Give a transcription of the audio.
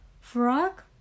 Frog